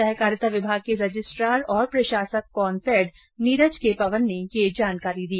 सहकारिता विभाग के रजिस्ट्रार और प्रशासक कॉनफैड नीरज के पवन ने ये जानकारी दी